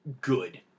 good